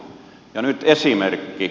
ja nyt esimerkki